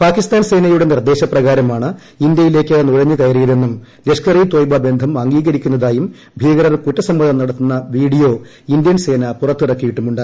പാകിസ്ഥാൻ സേനയുടെ നിർദ്ദേശ്പ്രകാരമാണ് ഇന്ത്യയിലേക്ക് നുഴഞ്ഞു കയറിയതെന്നും ലഷ്കർ ഇ തൊയ്ബ ബന്ധം അംഗീകരിക്കുന്നതായും ഭീകരർ കുറ്റസമ്മതം നടത്തുന്ന വീഡിയോ ഇന്ത്യൻ സേന പുറത്തിറക്കിയിട്ടുണ്ട്